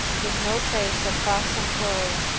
with no trace of fuss and flurry,